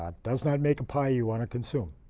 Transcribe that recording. ah does not make a pie you want to consume.